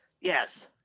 Yes